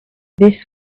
this